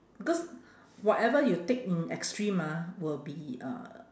because whatever you take in extreme ah will be uh